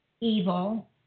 evil